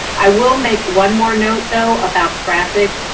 i will make one more note though, about traffic.